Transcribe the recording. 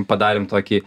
padarėm tokį